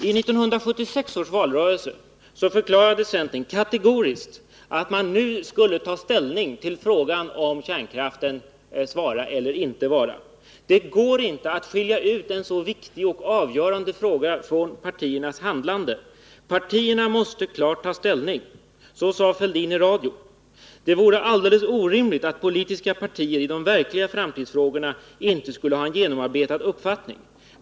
I 1976 års valrörelse förklarade centern kategoriskt att man nu skulle ta ställning till frågan om kärnkraftens vara eller inte vara. ”Det går inte att skilja ut en så viktig och avgörande fråga från partiernas handlande. Partierna måste klart ta ställning.” Så sade Thorbjörn Fälldin i radio. ”Det vore alldeles orimligt att politiska partier i de verkliga framtidsfrågorna inte skulle ha en genomarbetad uppfattning.